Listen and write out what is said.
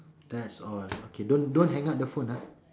that's all okay don't don't hang up the phone ah